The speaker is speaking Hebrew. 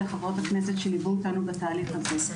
לחברות הכנסת שליוו אותנו בתהליך הזה.